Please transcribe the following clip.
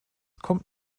kommt